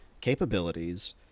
capabilities